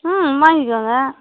ம் வாங்கிக்கோங்க